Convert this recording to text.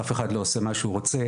אף אחד לא עושה מה שהוא רוצה,